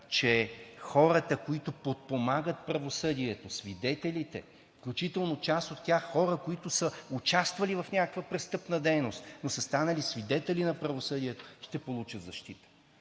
че хората, които подпомагат правосъдието, свидетелите, включително част от тях – хора, които са участвали в някаква престъпна дейност, но са станали свидетели на правосъдието, ще получат защита.